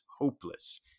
hopeless